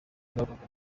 ingaruka